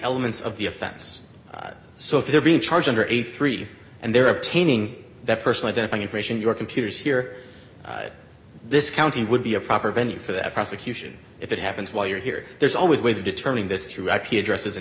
elements of the offense so if they're being charged under a three and they're obtaining that person identifying information your computers here this county would be a proper venue for that prosecution if it happens while you're here there's always ways of determining this through actually addresses and